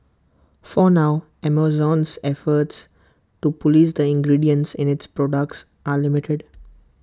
for now Amazon's efforts to Police the ingredients in its products are limited